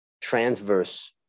transverse